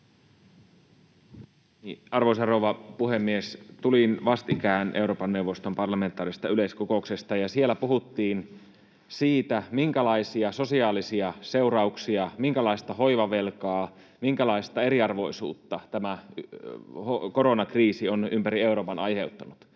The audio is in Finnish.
Arvoisa rouva puhemies! Tulin vastikään Euroopan neuvoston parlamentaarisesta yleiskokouksesta, ja siellä puhuttiin siitä, minkälaisia sosiaalisia seurauksia, minkälaista hoivavelkaa, minkälaista eriarvoisuutta tämä koronakriisi on ympäri Eurooppaa aiheuttanut.